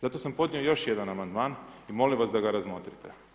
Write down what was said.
Zato sam podnio još jedan amandman i molim vas da ga razmotrite.